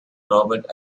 robert